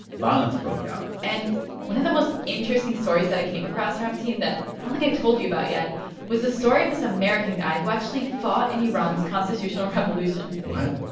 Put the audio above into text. violence broke out and one of the most interesting stories that i came across, ramtin, that i don't think i've told you about yet was the story of this american guy who actually fought in iran's constitutional revolution what?